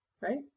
right